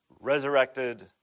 resurrected